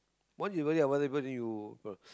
once you worry about other people then you